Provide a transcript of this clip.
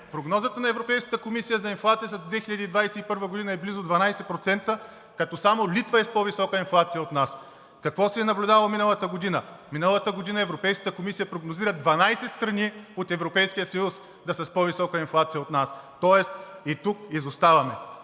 Прогнозата на Европейската комисия за инфлация за 2021 г. е близо 12%, като само Литва е с по-висока инфлация от нас. Какво се е наблюдавало миналата година? Миналата година Европейската комисия прогнозира 12 страни от Европейския съюз да са с по-висока инфлация от нас, тоест и тук изоставаме.